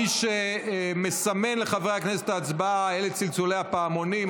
מי שמסמן לחברי הכנסת להצבעה אלה צלצולי הפעמונים.